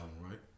right